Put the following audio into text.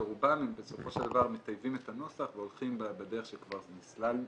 ורובם בסופו של דבר מטייבים את הנוסח והולכים בדרך שכבר נסללה